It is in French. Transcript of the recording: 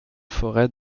forêt